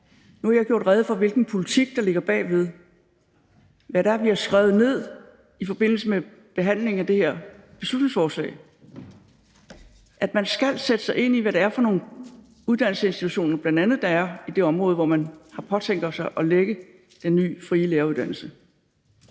Nu har jeg gjort rede for, hvilken politik der ligger bag ved, og hvad det er, vi har skrevet ned i forbindelse med behandlingen af det her beslutningsforslag, nemlig at man skal sætte sig ind i, hvad det er for nogle uddannelsesinstitutioner, der bl.a. er i det område, hvor man påtænker at lægge den nye, frie læreruddannelse.